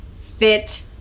fit